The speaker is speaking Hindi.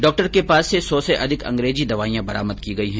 डॉक्टर के पास से सौ से अधिक अंग्रेजी दवाईयां बरामद की गई है